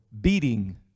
beating